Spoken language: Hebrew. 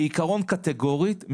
שכעיקרון מבחינה קטגורית,